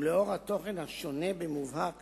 ובשל התוכן השונה במובהק